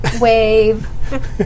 wave